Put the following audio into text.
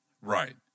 Right